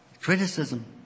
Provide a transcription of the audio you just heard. criticism